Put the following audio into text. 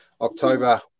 October